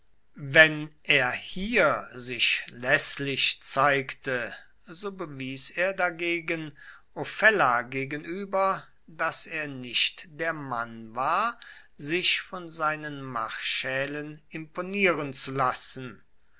wenn er hier sich läßlich zeigte so bewies er dagegen ofella gegenüber daß er nicht der mann war sich von seinen marschällen imponieren zu lassen